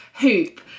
hoop